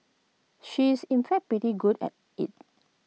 she is in fact pretty good at IT